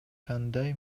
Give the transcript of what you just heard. кандай